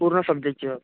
पूर्ण सबजेक्टचे हो